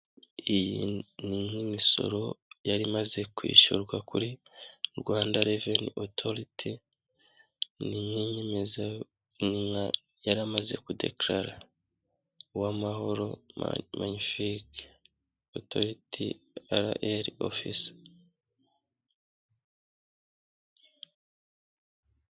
Iyi ni nk'imisoro yari imaze kwishyurwa kuri Rwanda revini otoriti, yari amaze kudekarara, Uwamahoro Magnifique otoriti RRA ofisi.